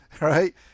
right